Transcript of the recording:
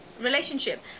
relationship